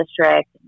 district